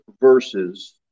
verses